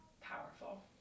powerful